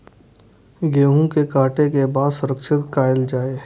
गेहूँ के काटे के बाद सुरक्षित कायल जाय?